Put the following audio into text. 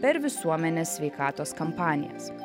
per visuomenės sveikatos kampanijas